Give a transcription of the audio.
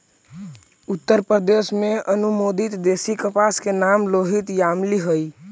उत्तरप्रदेश में अनुमोदित देशी कपास के नाम लोहित यामली हई